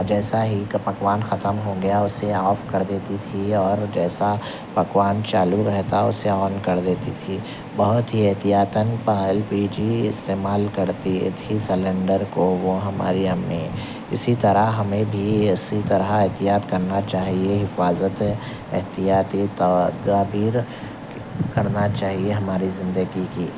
جیسا ہی کہ پکوان ختم ہو گیا اسے آف کردیتی تھی اور جیسا پکوان چالو رہتا اسے آن کردیتی تھی بہت ہی احتیاطاََ ایل پی جی استعمال کرتی تھی سلینڈر کو وہ ہماری امی اسی طرح ہمیں بھی اسی طرح احتیاط کرنا چاہیے حفاظت احتیاطی تدابیر کرنا چاہیے ہماری زندگی کی